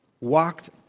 walked